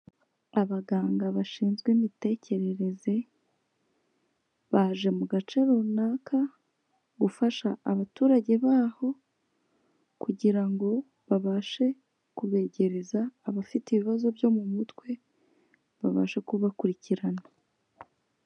Abaganga bashinzwe imitekerereze, baje mu gace runaka gufasha abaturage baho kugira ngo babashe kubegereza, abafite ibibazo byo mu mutwe babashe kubakurikirana.